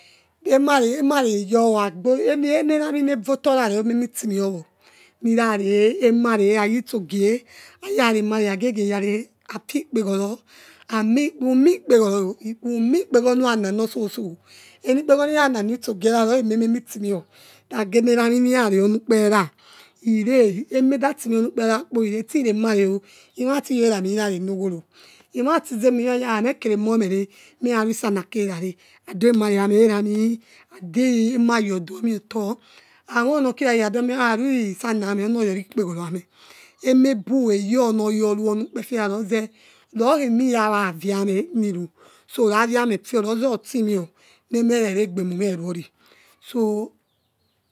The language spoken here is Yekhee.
Emaleheyo hagbo enalamonavotola lamo timewor nilale emale ikhajiutso gie iyalemale ikha giegie yale hatse ekpe kholo umo okpekholo nuyananor so so eno ekpekholo nuya nanor itso ogie lokhemamitimewor, lage olami noya lewonuekpele la ile emedatimewor onuekplea kpo ile tse olamale olabiyo olamo liyalenokho lo elatozema mewaomor mehro adua amale yamo lage elamo uduamayo yome otor amionokila ikhadayor luesallah hame anoya orkekpekholoyame emabu oyo noya lu ani ukpete la loze lokhe moyawa hawiame fio luze ortimewo mereraegbemume luoli. suuu,